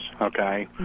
okay